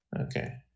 Okay